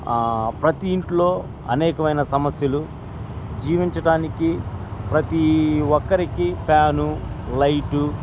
ప్రతిీ ఇంట్లో అనేకమైన సమస్యలు జీవించడాానికి ప్రతీ ఒక్కరికి ఫ్యాను లైటు